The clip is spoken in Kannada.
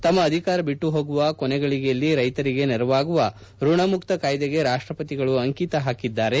ತಮ್ಮ ಅಧಿಕಾರ ಐಟ್ಟುಹೋಗುವ ಕೊನೆ ಗಳಿಗೆಯಲ್ಲಿ ರೈತರಿಗೆ ನೆರವಾಗುವ ಋಣ ಮುಕ್ತ ಕಾಯ್ದೆಗೆ ರಾಷ್ಟಪತಿಗಳು ಅಂಕಿತ ನೀಡಿದ್ದಾರೆ